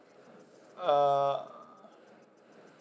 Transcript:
uh